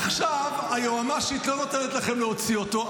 עכשיו היועמ"שית לא רוצה לתת לכם להוציא אותו,